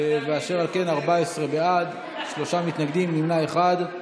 אשר על כן, 14 בעד, שלושה מתנגדים ונמנע אחד.